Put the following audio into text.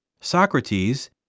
Socrates